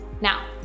now